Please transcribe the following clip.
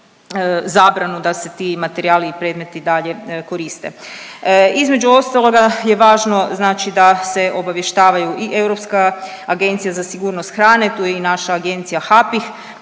da se ti materijali i predmeti dalje koriste. Između ostaloga je važno znači da se obavještavaju i Europska agencija za sigurnost hrane, tu je i naša Agencija HAPIH,